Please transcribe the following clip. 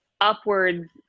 upwards